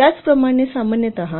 त्याचप्रमाणे सामान्यतः